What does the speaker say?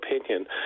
opinion